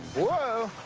whoa.